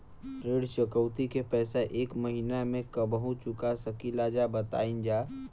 ऋण चुकौती के पैसा एक महिना मे कबहू चुका सकीला जा बताईन जा?